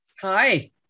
Hi